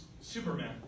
Superman